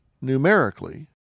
numerically